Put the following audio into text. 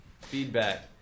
feedback